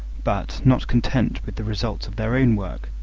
but, not content with the results of their own work,